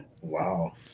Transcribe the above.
wow